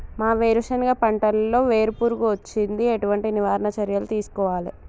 మా వేరుశెనగ పంటలలో వేరు పురుగు వచ్చింది? ఎటువంటి నివారణ చర్యలు తీసుకోవాలే?